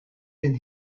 than